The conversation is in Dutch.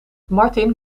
martin